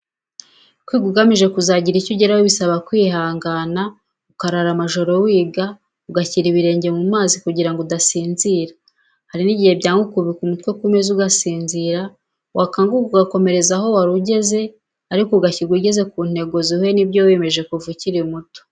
Kwiga ugamije kuzagira icyo ugeraho bisaba kwihangana, ukarara amajoro wiga, ugashyira ibirenge mu mazi kugirango udasinzira, hari n'igihe byanga ukubika umutwe ku meza ugasinzira, wakanguka ugakomereza aho wari ugeze, ariko ukazashirwa ugeze ku ntego zihuye n'ibyo wiyemeje, kuva ukiri muto.